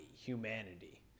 humanity